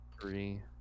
three